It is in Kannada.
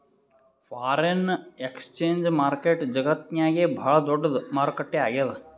ಫಾರೆನ್ ಎಕ್ಸ್ಚೇಂಜ್ ಮಾರ್ಕೆಟ್ ಜಗತ್ತ್ನಾಗೆ ಭಾಳ್ ದೊಡ್ಡದ್ ಮಾರುಕಟ್ಟೆ ಆಗ್ಯಾದ